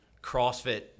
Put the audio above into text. CrossFit